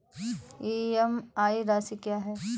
EMI राशि क्या है?